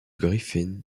griffin